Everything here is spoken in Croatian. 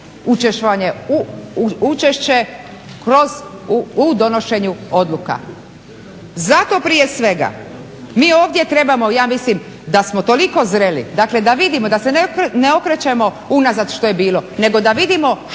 kroz, u donošenju odluka. Zato prije svega mi ovdje trebamo, ja smislim da smo toliko zreli, dakle da vidimo da se ne okrećemo unazad što je bilo, nego da vidimo što se